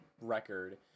record